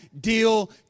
deal